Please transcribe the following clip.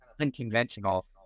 unconventional